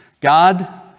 God